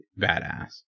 badass